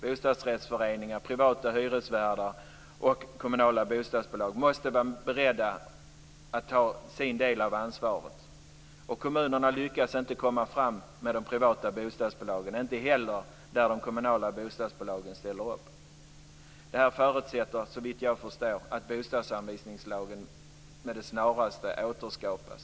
Bostadsrättsföreningar, privata hyresvärdar och kommunala bostadsbolag måste vara beredda att ta sin del av ansvaret. Kommunerna lyckas inte få fram överenskommelser med de privata bostadsbolagen, inte heller där de kommunala bostadsbolagen ställer upp. Det förutsätter såvitt jag förstår att bostadsanvisningslagen med det snaraste återskapas.